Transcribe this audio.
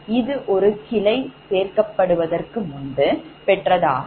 இது ஒரு கிளை சேர்க்கப்படுவதற்குக்முன்பு பெற்றதாகும்